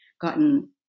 gotten